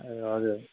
ए हजुर